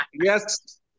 Yes